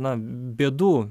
na bėdų